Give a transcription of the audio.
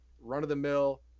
run-of-the-mill